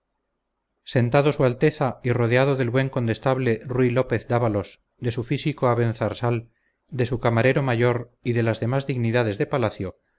sentado su alteza y rodeado del buen condestable rui lópez dávalos de su físico abenzarsal de su camarero mayor y de las demás dignidades de palacio